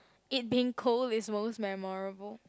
it been cold is most memorable